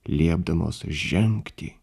liepdamos žengti